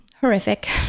horrific